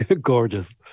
Gorgeous